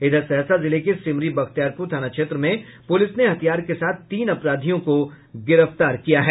इधर सहरसा जिले के सिमरी बख्तियारपुर थाना क्षेत्र में पुलिस ने हथियार के साथ तीन अपराधियों को को गिरफ्तार किया है